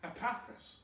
Epaphras